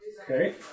Okay